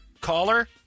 Caller